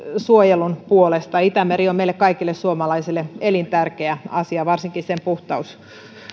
suojelun puolesta itämeri on meille kaikille suomalaisille elintärkeä asia varsinkin sen puhtaus